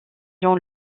jean